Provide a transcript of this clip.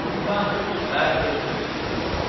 the latter gladly agreed to this,